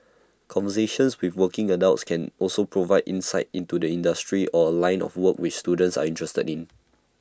conversations with working adults can also provide insight into the industry or line of work which students are interested in